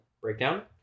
breakdown